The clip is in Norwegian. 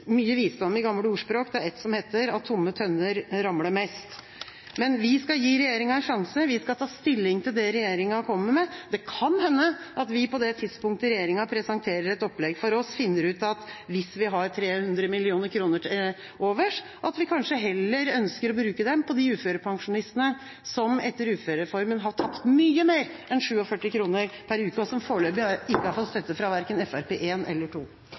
mye visdom i gamle ordspråk, det er et som heter at «tomme tønner ramler mest». Men vi skal gi regjeringa en sjanse, og vi skal ta stilling til det regjeringa kommer med. Det kan hende at vi på det tidspunktet regjeringa presenterer et opplegg for oss, finner ut at hvis vi har 300 mill. kr til overs, kanskje heller ønsker å bruke dem på de uførepensjonistene som etter uførereformen har tapt mye mer enn 47 kr per uke, og som foreløpig ikke har fått støtte verken fra FrP 1 eller